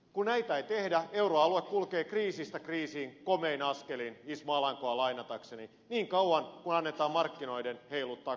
kun näitä ei tehdä euroalue kulkee kriisistä kriisiin komein askelin ismo alankoa lainatakseni niin kauan kuin annetaan markkinoiden heiluttaa koiraa